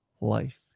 life